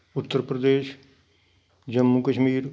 Uttar Pradesh Jammu Kashmir